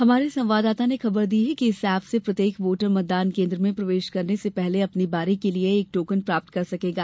हमारे संवाददाता ने खबर दी है कि इस ऐप से प्रत्येक वोटर मतदान केन्द्र में प्रवेश करने से पहले अपनी बारी के लिए एक टोकन प्राप्त कर सकेगा